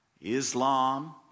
Islam